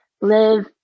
live